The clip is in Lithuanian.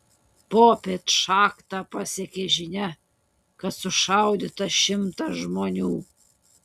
popiet šachtą pasiekė žinia kad sušaudyta šimtas žmonių